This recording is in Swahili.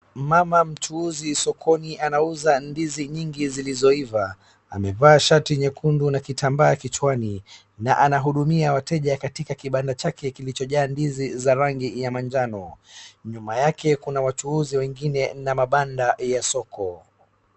Mama mchuuzi sokoni anauza ndizi nyingi zilizo iva. Amevaa shati nyekundu na kitambaa kichwani, na anahudumia wateja katika kibanda chake kilichojaa ndizi za rangi ya manjano. Nyuma yake kuna wachuuzi wengine na mabanda ya soko.